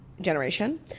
generation